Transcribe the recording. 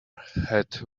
had